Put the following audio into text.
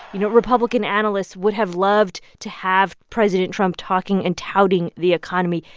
you know, republican analysts would have loved to have president trump talking and touting the economy.